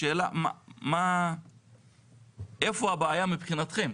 השאלה איפה הבעיה מבחינתכם?